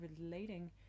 relating